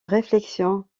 réflexion